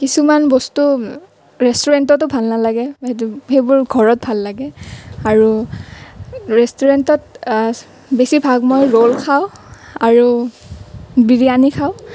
কিছুমান বস্তু ৰেষ্টুৰেণ্টটো ভাল নালাগে সেইটো সেইবোৰ ঘৰত ভাল লাগে আৰু ৰেষ্টুৰেণ্টত বেছিভাগ মই ৰ'ল খাওঁ আৰু বিৰিয়ানি খাওঁ